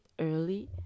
early